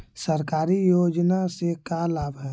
सरकारी योजना से का लाभ है?